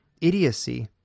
idiocy